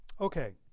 Okay